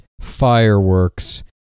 fireworks